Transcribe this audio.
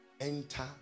enter